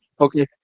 Okay